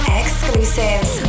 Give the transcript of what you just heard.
exclusives